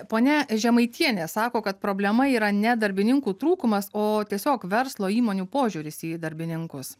ponia žemaitienė sako kad problema yra ne darbininkų trūkumas o tiesiog verslo įmonių požiūris į darbininkus